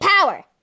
power